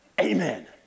Amen